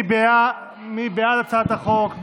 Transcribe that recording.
מי בעד הצעת החוק?